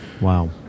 Wow